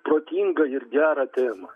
protinga ir gerą temą